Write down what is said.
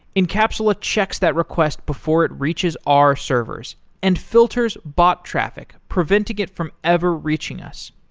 encapsula checks that request before it reaches our servers and filters bot traffic preventing it from ever reaching us.